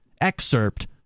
excerpt